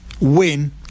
win